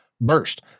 burst